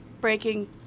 Breaking